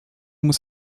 muss